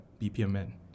BPMN